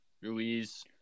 Ruiz